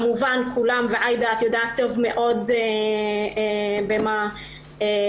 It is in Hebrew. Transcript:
כמובן כולם, גם את אעידה, יודעים היטב במה מדובר.